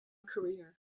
career